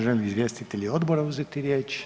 Žele li izvjestitelji odbora uzeti riječ?